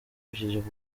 bishimishije